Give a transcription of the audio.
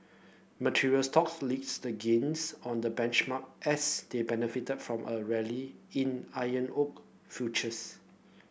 material stocks links the gains on the benchmark as they benefited from a rally in iron ore futures